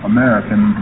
American